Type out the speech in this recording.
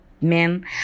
men